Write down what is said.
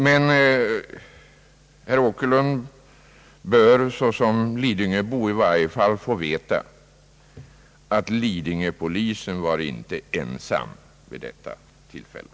Men herr Åkerlund bör såsom lidingöbo i varje fall få veta att lidingöpolisen inte var ensam vid detta tillfälle.